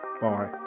Bye